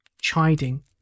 chiding